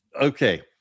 Okay